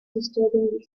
disturbingly